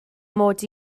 mod